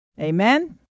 Amen